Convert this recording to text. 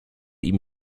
ihm